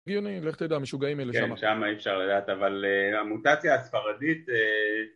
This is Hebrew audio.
‫הגיוני, לך תדע המשוגעים האלה שמה. ‫-כן, שם אי אפשר לדעת, ‫אבל המוטציה הספרדית...